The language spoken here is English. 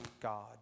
God